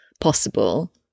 possible